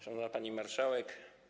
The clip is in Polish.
Szanowna Pani Marszałek!